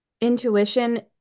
intuition